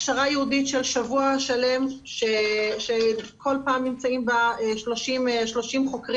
הכשרה ייעודית של שבוע שלם כשכל פעם נמצאים בה 30 חוקרים.